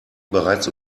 bereits